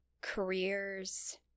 careers